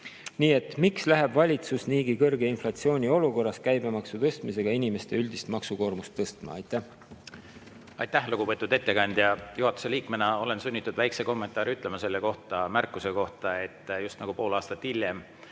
Nii et miks läheb valitsus niigi kõrge inflatsiooni olukorras käibemaksu tõstmisega inimeste üldist maksukoormust tõstma? Aitäh! Aitäh, lugupeetud ettekandja! Juhatuse liikmena olen sunnitud ütlema väikese kommentaari selle märkuse kohta, just nagu pool aastat hiljem